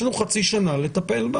יש לנו חצי שנה לטפל...